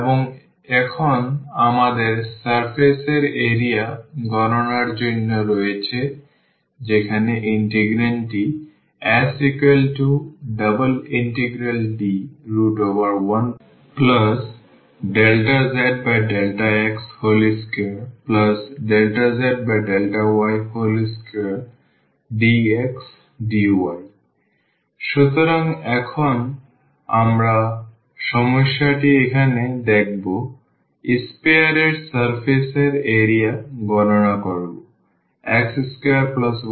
এবং এখন আমাদের সারফেস এর এরিয়া গণনার জন্য রয়েছে যেখানে ইন্টিগ্রান্ডটি S∬D1∂z∂x2∂z∂y2dxdy সুতরাং এখন আমরা সমস্যাটি এখানে দেখবো sphere এর সারফেস এর এরিয়া গণনা করব x2y2z2a2